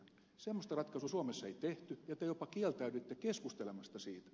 semmoista ratkaisua suomessa ei tehty ja te jopa kieltäydyitte keskustelemasta siitä